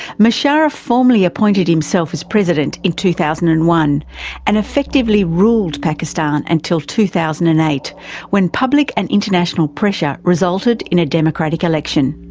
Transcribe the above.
musharraf formally appointed himself as president in two thousand and one and effectively ruled pakistan until two thousand and eight when public and international pressure resulted in a democratic election.